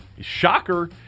shocker